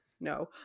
no